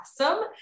awesome